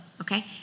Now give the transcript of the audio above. okay